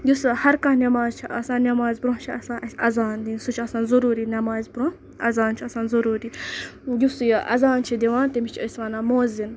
یُس ہرکانٛہہ نٮ۪ماز چھِ آسان نٮ۪مازِ بروںٛہہ چھِ آسان اَسہِ اَذان دِنۍ سُہ چھِ آسان ضٔروٗری نٮ۪مازِ بروںٛہہ اَذان چھِ آسان ضٔروٗری یُس یہِ اَذان چھِ دِوان تٔمِس چھِ أسۍ وَنان موذِن